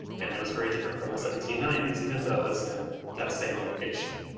and it was very different from the seventeen ninety s, even though though it's in that same location.